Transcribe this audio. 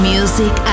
Music